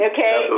Okay